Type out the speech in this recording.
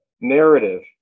narrative